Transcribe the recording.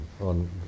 on